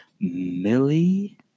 Millie